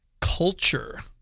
culture